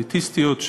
האליטיסטיות,